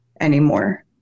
anymore